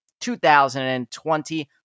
2020